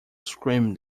screamed